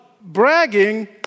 bragging